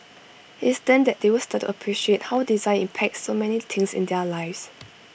IT is then that they will start to appreciate how design impacts so many things in their lives